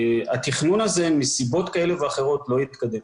התכנון הזה, מסיבות כאלה ואחרות, לא התקדם.